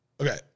Okay